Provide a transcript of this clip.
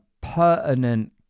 pertinent